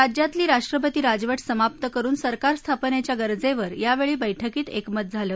राज्यातली राष्ट्रपती राजवट समाप्त करुन सरकार स्थापनेच्या गरजेवर यावेळी बैठकीत एकमत झालं